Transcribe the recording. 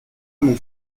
mon